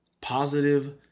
positive